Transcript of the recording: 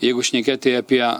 jeigu šnekėti apie